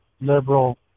liberal